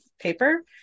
paper